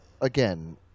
again